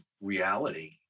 reality